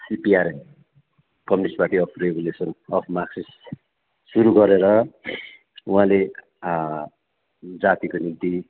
CPRM communist party of revolution of marxist सुरु गरेर उहाँले जातिको निम्ति